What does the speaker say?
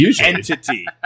entity